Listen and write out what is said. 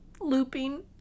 looping